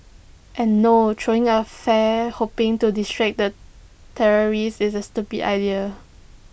and no throwing A flare hoping to distract the terrorist is A stupid idea